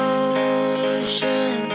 ocean